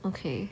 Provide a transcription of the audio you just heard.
okay